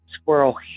Squirrel